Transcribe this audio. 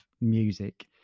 music